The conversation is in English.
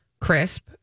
crisp